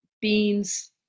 Beans